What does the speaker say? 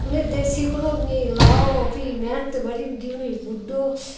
उ'नें देस्सी कनोह्लियें लाओ फ्ही मेह्नत बड़ी होंदी उ'नें गुड्डो